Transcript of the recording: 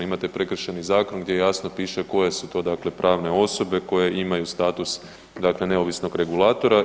Imate Prekršajni zakon gdje jasno piše koje su to dakle pravne osobe koje imaju status dakle neovisnog regulatora.